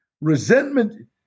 resentment